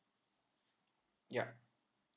ya